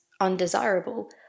undesirable